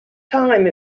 time